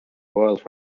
world